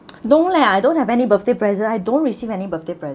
no lah I don't have any birthday present I don't receive any birthday pre~